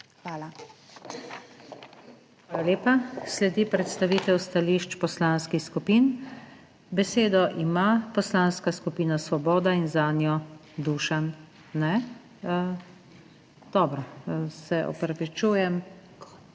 Hvala lepa. Sledi predstavitev stališč poslanskih skupin. Besedo ima Poslanska skupina Svoboda in zanjo Dušan. Ne? Dobro, se opravičujem.